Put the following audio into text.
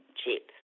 cheap